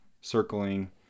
circling